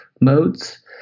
modes